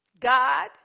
God